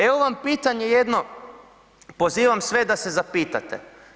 Evo vam potanje jedno, pozivam sve da se zapitate.